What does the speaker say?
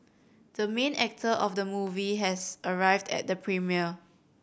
the main actor of the movie has arrived at the premiere